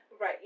Right